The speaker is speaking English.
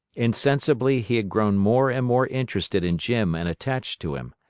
insensibly he had grown more and more interested in jim and attached to him.